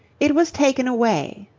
it was taken away,